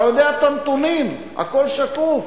אתה יודע את הנתונים, הכול שקוף.